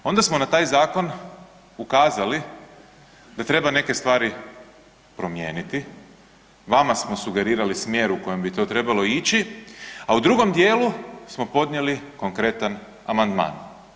Onda smo na taj zakon ukazali da treba neke stvari promijeniti, vama smo sugerirali smjer u kojem bi to trebalo ići, a u drugom dijelu smo podnijeli konkretan amandman.